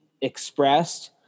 expressed